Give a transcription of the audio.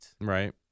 Right